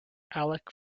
alec